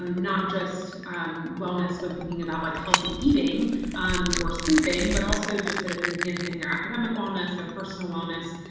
not just um wellness when thinking about like healthy eating um or sleeping but also just that it's enhancing their academic wellness, their personal wellness,